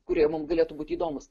kurie mum galėtų būti įdomūs